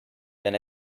then